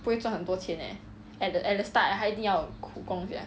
不会赚很多钱 eh at the at the start 他一定要苦功 sia